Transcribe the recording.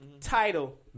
Title